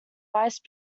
vice